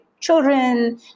children